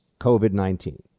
COVID-19